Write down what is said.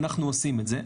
אנחנו עושים את זה.